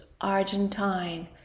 Argentine